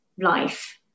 life